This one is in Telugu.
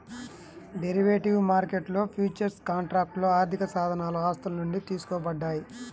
డెరివేటివ్ మార్కెట్లో ఫ్యూచర్స్ కాంట్రాక్ట్లు ఆర్థికసాధనాలు ఆస్తుల నుండి తీసుకోబడ్డాయి